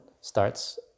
starts